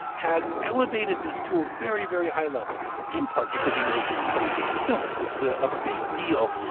has elevated this to a very, very high level, in part because he knows this plays with consumers. this is ah a big deal.